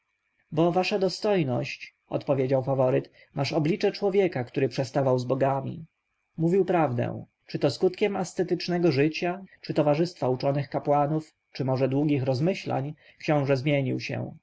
bo wasza dostojność odpowiedział faworyt masz oblicze człowieka który przestawał z bogami mówił prawdę czy to skutkiem ascetycznego życia czy towarzystwa uczonych kapłanów czy może długich rozmyślań książę zmienił się